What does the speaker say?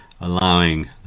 allowing